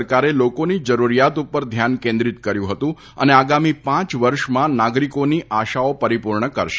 સરકારે લોકોની જરૂરીયાત ઉપર ધ્યાન કેન્દ્રિત કર્યું હતું અને આગામી પાંચ વર્ષમાં નાગરીકોની આશાઓ પરિપૂર્ણ કરાશે